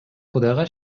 кудайга